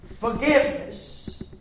forgiveness